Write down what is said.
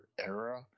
era